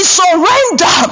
surrender